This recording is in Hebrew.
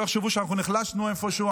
שלא יחשבו שאנחנו נחלשנו איפשהו.